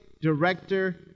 director